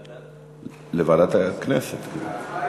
ההצבעה היא בעד ועדה,